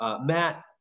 Matt